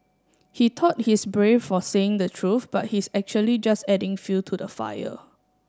he thought he's brave for saying the truth but he's actually just adding fuel to the fire